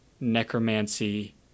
necromancy